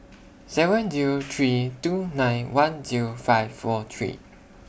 seven Zero three two nine one Zero five four three